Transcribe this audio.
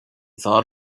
thought